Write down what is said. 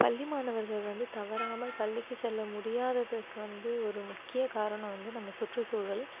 பள்ளி மாணவர்கள் வந்து தவறாமல் பள்ளிக்கு செல்ல முடியாததுக்கு வந்து ஒரு முக்கிய காரணம் வந்து நம்ம சுற்றுசூழல்